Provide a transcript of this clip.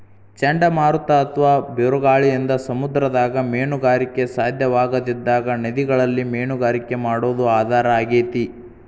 ಚಂಡಮಾರುತ ಅತ್ವಾ ಬಿರುಗಾಳಿಯಿಂದ ಸಮುದ್ರದಾಗ ಮೇನುಗಾರಿಕೆ ಸಾಧ್ಯವಾಗದಿದ್ದಾಗ ನದಿಗಳಲ್ಲಿ ಮೇನುಗಾರಿಕೆ ಮಾಡೋದು ಆಧಾರ ಆಗೇತಿ